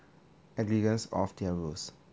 aggri~ of their rules